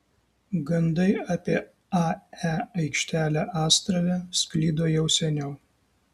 gandai apie ae aikštelę astrave sklido jau seniau